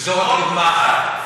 וזו רק דוגמה אחת.